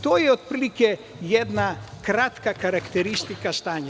To je otprilike jedna kratka karakteristika stanja.